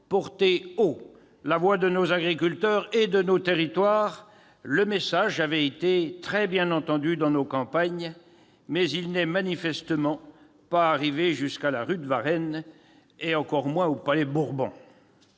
porté haut la voix de nos agriculteurs et de nos territoires. Le message avait été très bien entendu dans nos campagnes, mais il n'est manifestement pas arrivé jusqu'à la rue de Varenne, et encore moins au Palais-Bourbon